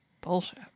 bullshit